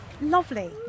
lovely